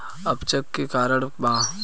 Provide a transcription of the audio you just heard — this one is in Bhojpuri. अपच के का कारण बा?